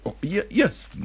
Yes